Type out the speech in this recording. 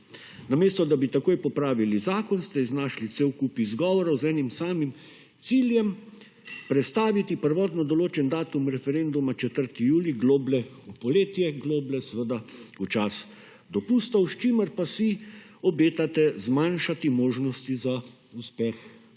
Namesto, da bi takoj popravili zakon, ste iznašli cel kup izgovorov, z enim samim ciljem, prestaviti prvotno določen datum referenduma 4. julij, globlje v poletje, globlje seveda v čas dopustov, s čimer pa si obetate zmanjšati možnosti za uspeh